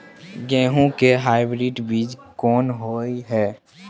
गेहूं के हाइब्रिड बीज कोन होय है?